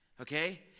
okay